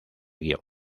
guion